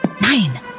nine